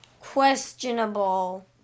questionable